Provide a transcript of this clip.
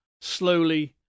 slowly